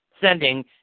sending